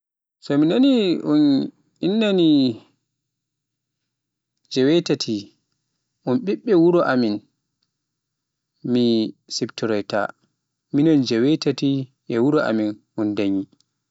So mi nani un inni ni jeweetaati un ɓiɓɓe wuro amin mi siftoroyta, mi noon jeewetati e wuro amin un danyi.